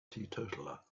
teetotaler